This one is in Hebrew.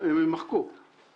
הם לא יחזרו לתקציב המדינה.